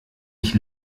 ich